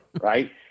right